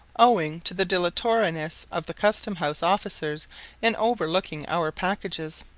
owing to the dilatoriness of the custom-house officers in overlooking our packages.